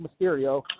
Mysterio